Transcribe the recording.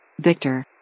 Victor